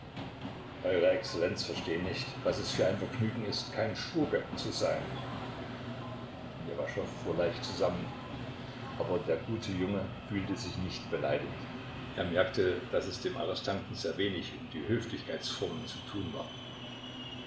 verstehen nicht was es für ein vergnügen ist kein schurke zu sein ljewaschow fuhr leicht zusammen aber der gute junge fühlte sich nicht beleidigt er merkte daß es dem arrestanten sehr wenig um die höflichkeitsformen zu tun war